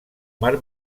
mar